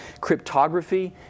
Cryptography